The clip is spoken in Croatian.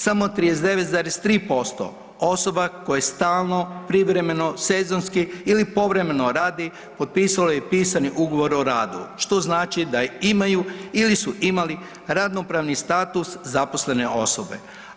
Samo 39,3% osoba koje stalno, privremeno, sezonski ili povremeno radi potpisalo je i pisani Ugovor o radu, što znači da imaju ili su imali radnopravni status zaposlene osobe.